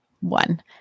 one